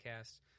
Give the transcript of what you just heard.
podcast